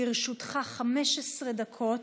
לרשותך 15 דקות.